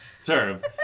Serve